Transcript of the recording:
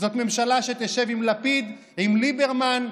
זאת ממשלה שתשב עם לפיד ועם ליברמן,